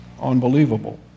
unbelievable